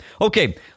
okay